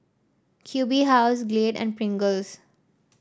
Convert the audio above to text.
Q B House Glade and Pringles